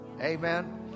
amen